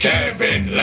Kevin